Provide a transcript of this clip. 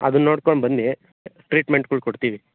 ಅದುನ್ನ ನೋಡ್ಕೊಂಡು ಬನ್ನಿ ಟ್ರೀಟ್ಮೆಂಟ್ಗುಳು ಕೊಡ್ತೀವಿ